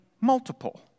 multiple